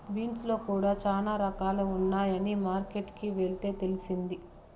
beans లో కూడా చానా రకాలు ఉన్నాయని మార్కెట్ కి వెళ్తే తెలిసింది